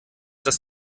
das